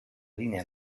linea